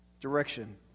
direction